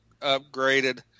upgraded